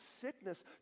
sickness